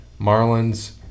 Marlins